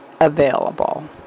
available